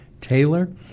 Taylor